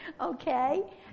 okay